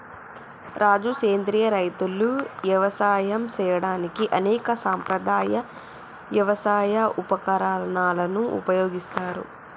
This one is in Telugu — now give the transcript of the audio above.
రాజు సెంద్రియ రైతులు యవసాయం సేయడానికి అనేక సాంప్రదాయ యవసాయ ఉపకరణాలను ఉపయోగిస్తారు